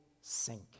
sink